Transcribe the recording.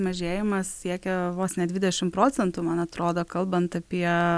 mažėjimas siekia vos ne dvidešim procentų man atrodo kalbant apie